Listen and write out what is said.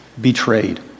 betrayed